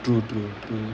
true true true